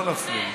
לא להפריע לי.